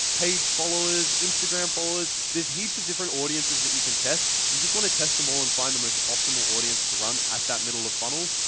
page followers, instagram followers. there's heaps of different audiences that you can test, you just want to test them all and find the most optimal audience to run at that middle of funnel,